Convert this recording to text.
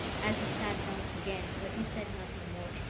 as he sat down again but he said nothing more.